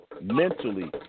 mentally